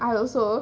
I also